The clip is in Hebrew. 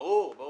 ברור.